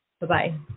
Bye-bye